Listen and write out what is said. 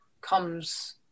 comes